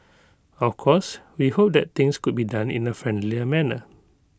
of course we hope that things could be done in A friendlier manner